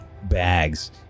Bags